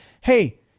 hey